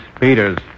Peters